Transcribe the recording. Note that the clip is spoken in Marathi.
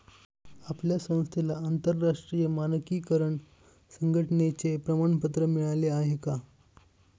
आपल्या संस्थेला आंतरराष्ट्रीय मानकीकरण संघटने चे प्रमाणपत्र मिळाले आहे का?